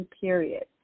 period